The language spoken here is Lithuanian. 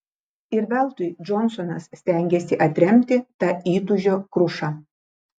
ir veltui džonsonas stengėsi atremti tą įtūžio krušą